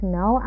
no